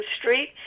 Street